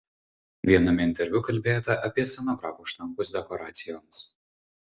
viename interviu kalbėjote apie scenografų štampus dekoracijoms